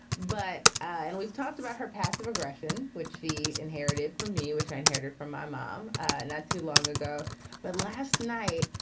but and we've talked about her passive aggression, which she inherited from me, which i inherited from my mom and not too long ago but last night,